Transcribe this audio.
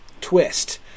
twist